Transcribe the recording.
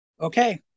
Okay